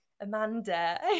Amanda